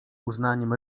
uznaniem